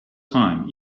time